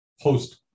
post